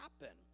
happen